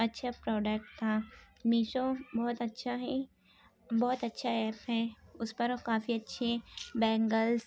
اچّھا پروڈکٹ تھا میشو بہت اچّھا ہے بہت اچّھا ایپ ہے اس پر کافی اچّھے بینگلس